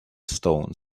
stones